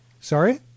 Sorry